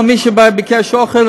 כל מי שבא וביקש אוכל,